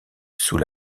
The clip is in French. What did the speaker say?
sous